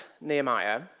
Nehemiah